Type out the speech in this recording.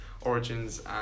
origins